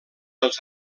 els